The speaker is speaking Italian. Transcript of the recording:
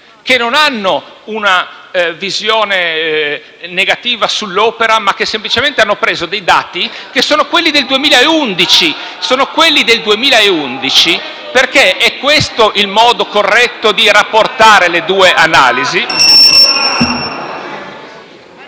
non hanno una visione negativa sull'opera, ma semplicemente hanno preso dei dati che sono quelli del 2011, perché è questo il modo corretto di rapportare le due